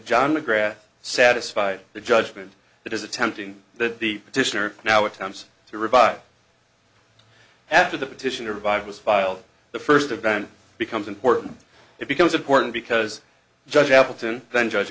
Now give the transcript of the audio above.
john mcgrath satisfied the judgement that is attempting that the petitioner now attempts to revive after the petitioner vive was filed the first event becomes important it becomes important because judge appleton then judge